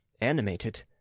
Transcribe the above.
animated